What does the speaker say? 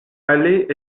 aller